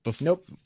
Nope